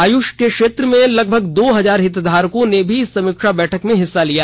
आयुष क्षेत्र के लगभग दो हजार हितधारकों ने भी इस समीक्षा बैठक में हिस्सा लिया